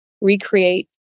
recreate